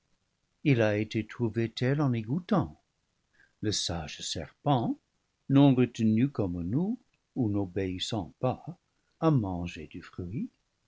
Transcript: il a été trouvé tel en y goû tant le sage serpent non retenu comme nous ou n'obéis sant pas a mangé du fruit